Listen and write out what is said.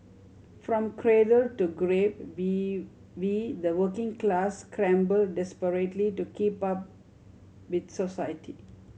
from cradle to grave V we the working class scramble desperately to keep up with society